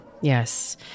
Yes